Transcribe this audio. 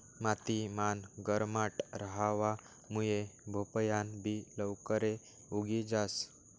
माती मान गरमाट रहावा मुये भोपयान बि लवकरे उगी जास